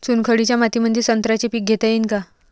चुनखडीच्या मातीमंदी संत्र्याचे पीक घेता येईन का?